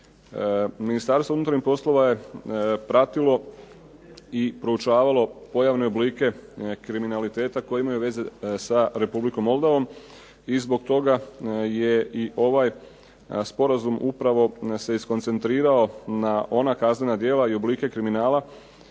Ministarstvo unutarnjih poslova je pratilo i uočavalo pojavne oblike kriminaliteta koji imaju veze sa Republikom Moldovom i zbog toga se ovaj Sporazum se iskoncentrirao na ona kaznena djela i oblike kriminala